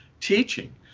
teaching